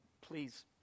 please